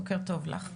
בוקר טוב לך.